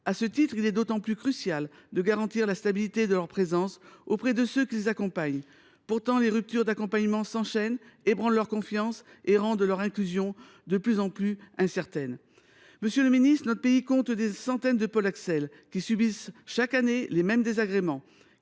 À ce titre, il est d’autant plus crucial de garantir la stabilité de la présence des AESH auprès de ceux qu’ils accompagnent. Pourtant, les ruptures d’accompagnement s’enchaînent, ébranlent la confiance de ces élèves et rendent leur inclusion de plus en plus incertaine. Notre pays compte des centaines de Paul Axel, qui subissent chaque année les mêmes désagréments.